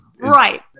right